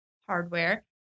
hardware